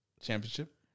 Championship